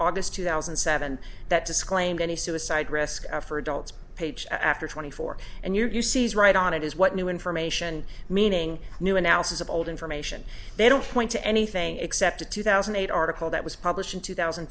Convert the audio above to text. august two thousand and seven that disclaimed any suicide risk are for adults page after twenty four and you're you see is right on it is what new information meaning new analysis of old information they don't point to anything except a two thousand and eight article that was published in two thousand